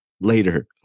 later